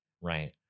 right